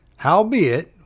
Howbeit